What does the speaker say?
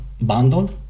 bundle